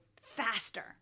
faster